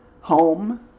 home